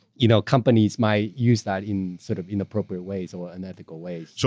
you know companies might use that in sort of inappropriate ways or unethical ways. so